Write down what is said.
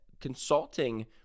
consulting